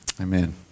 Amen